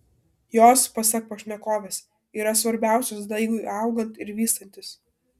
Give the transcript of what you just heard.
jos pasak pašnekovės yra svarbiausios daigui augant ir vystantis